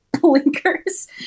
blinkers